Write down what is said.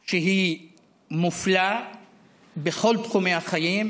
שהיא מופלית בכל תחומי החיים: